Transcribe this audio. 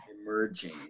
emerging